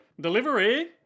Delivery